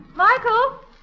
Michael